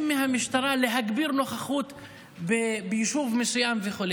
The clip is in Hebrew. מהמשטרה להגביר נוכחות ביישוב מסוים וכו'.